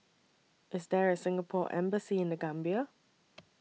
IS There A Singapore Embassy in The Gambia